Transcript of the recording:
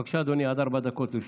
בבקשה, אדוני, ארבע דקות לרשותך.